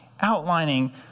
outlining